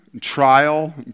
trial